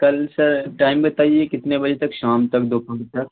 کل sir time بتائیے کتنے بجے تک شام تک دوپہر تک